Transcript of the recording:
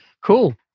Cool